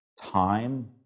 Time